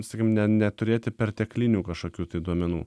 sakykim ne neturėti perteklinių kažkokių duomenų